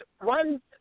one